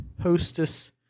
Hostess